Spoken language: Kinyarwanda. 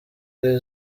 ari